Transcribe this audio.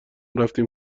رفتیم